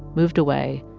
moved away.